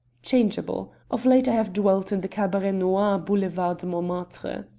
changeable. of late i have dwelt in the cabaret noir, boulevard de montmartre.